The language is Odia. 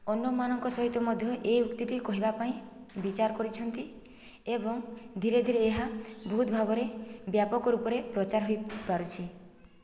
ଅନ୍ୟମାନଙ୍କ ସହିତ ମଧ୍ୟ ଏ ଉକ୍ତିଟି କହିବା ପାଇଁ ବିଚାର କରିଛନ୍ତି ଏବଂ ଧୀରେ ଧୀରେ ଏହା ବହୁତ ଭାବରେ ବ୍ୟାପକ ରୂପରେ ପ୍ରଚାର ହୋଇ ପାରୁଛି